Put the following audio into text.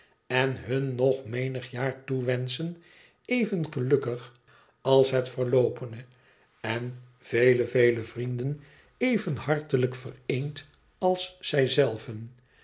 en hun nog menig jaar toewenschen even gelukkig als het verloopene en vele vele vrienden even hartelijk vereend als zij zelven